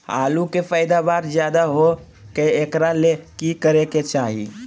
आलु के पैदावार ज्यादा होय एकरा ले की करे के चाही?